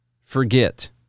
forget